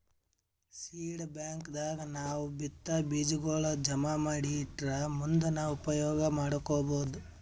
seed bank ದಾಗ್ ನಾವ್ ಬಿತ್ತಾ ಬೀಜಾಗೋಳ್ ಜಮಾ ಮಾಡಿ ಇಟ್ಟರ್ ಮುಂದ್ ನಾವ್ ಉಪಯೋಗ್ ಮಾಡ್ಕೊಬಹುದ್